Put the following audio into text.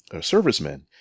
servicemen